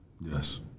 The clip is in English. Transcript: Yes